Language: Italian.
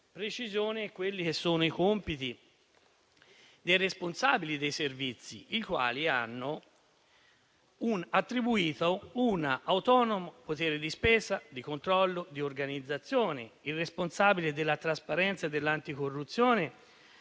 precisione i compiti dei responsabili dei servizi, ai quali è attribuito un autonomo potere di spesa, di controllo e di organizzazione. Il responsabile della trasparenza e dell'anticorruzione